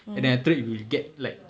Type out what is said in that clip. and then after that you will get like